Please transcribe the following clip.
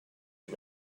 you